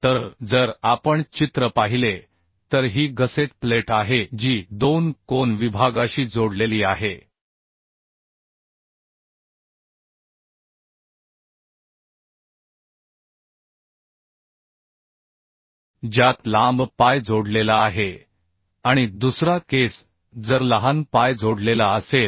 तर जर आपण चित्र पाहिले तर ही गसेट प्लेट आहे जी 2 कोन विभागाशी जोडलेली आहे ज्यात लांब पाय जोडलेला आहे आणि दुसरा केस जर लहान पाय जोडलेला असेल